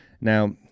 Now